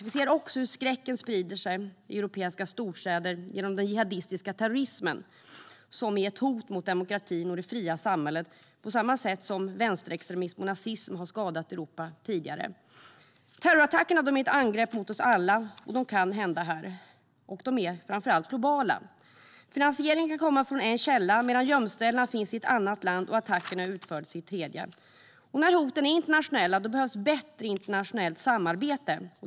Vi ser också hur skräcken sprider sig i europeiska storstäder genom den jihadistiska terrorismen, som är ett hot mot demokratin och det fria samhället på samma sätt som vänsterextremism och nazism har skadat Europa tidigare. Terrorattackerna är ett angrepp mot oss alla. De kan ske här, och de är framför allt globala. Finansieringen kan komma från en källa, medan gömställena finns i ett annat land och attackerna utförs i ett tredje. När hoten är internationella behövs ett bättre internationellt samarbete.